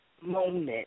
moment